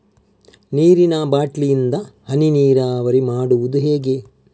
ನೀರಿನಾ ಬಾಟ್ಲಿ ಇಂದ ಹನಿ ನೀರಾವರಿ ಮಾಡುದು ಹೇಗೆ?